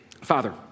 father